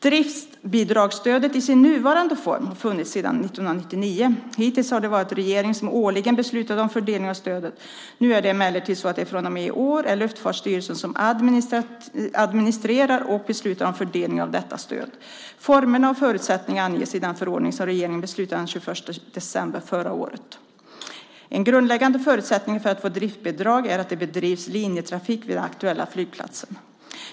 Driftsbidragssystemet i sin nuvarande form har funnits sedan 1999. Hittills har det varit regeringen som årligen beslutat om fördelning av stödet. Nu är det emellertid så att det från och med i år är Luftfartsstyrelsen som administrerar och beslutar om fördelning av detta stöd. Formerna och förutsättningarna anges i den förordning som regeringen beslutade om den 21 december förra året. En grundläggande förutsättning för att få driftsbidrag är att det bedrivs linjetrafik vid den aktuella flygplatsen.